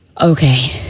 Okay